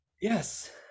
Yes